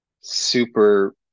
super